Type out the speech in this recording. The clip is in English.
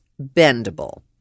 bendable